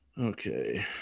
Okay